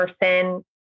person